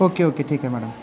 okay okay ठीक आहे madam